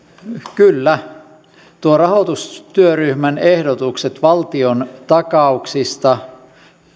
kyllä nuo rahoitustyöryhmän ehdotukset valtiontakauksista